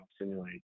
simulate